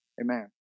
amen